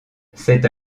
cette